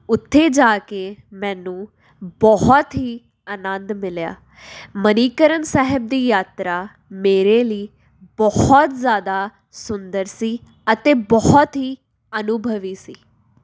ਉੱਥੇ ਜਾ ਕੇ ਮੈਨੂੰ ਬਹੁਤ ਹੀ ਆਨੰਦ ਮਿਲਿਆ ਮਨੀਕਰਨ ਸਾਹਿਬ ਦੀ ਯਾਤਰਾ ਮੇਰੇ ਲਈ ਬਹੁਤ ਜ਼ਿਆਦਾ ਸੁੰਦਰ ਸੀ ਅਤੇ ਬਹੁਤ ਹੀ ਅਨੁਭਵੀ ਸੀ